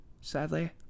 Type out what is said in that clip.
Sadly